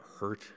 hurt